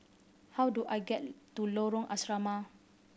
how do I get to Lorong Asrama